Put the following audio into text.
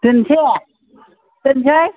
दोननोसै दोननोसै